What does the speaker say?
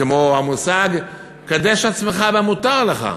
כמו המושג "קדש עצמך במותר לך",